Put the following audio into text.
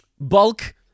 bulk